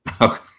Okay